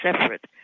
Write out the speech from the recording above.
separate